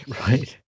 right